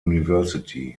university